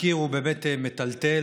התחקיר הוא באמת מטלטל.